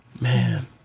man